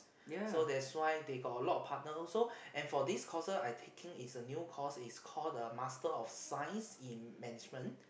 so that's why they got a lot of partner also and for this courses I taking is a new course is call the Master of Science in Management